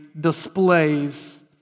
displays